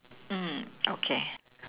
mm okay